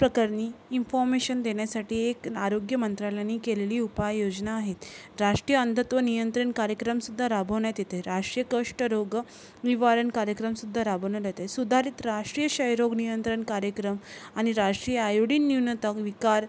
प्रकरणी इम्फॉमेशन देण्यासाठी एक आरोग्य मंत्रालयाने केलेली उपाययोजना आहे राष्ट्रीय अंधत्व नियंत्रण कार्यक्रमसुद्धा राबवण्यात येते राष्टीय कुष्टरोग निवारण कार्यक्रमसुद्धा राबवण्यात येते सुधारित राष्ट्रीय क्षयरोग नियंत्रण कार्यक्रम आणि राष्ट्रीय आयोडीन न्यूनता विकार